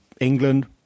England